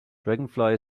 dragonfly